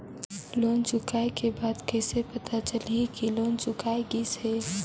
Loan चुकाय के बाद कइसे पता चलही कि लोन चुकाय गिस है?